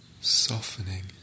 softening